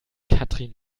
katrin